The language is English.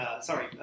sorry